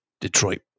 Detroit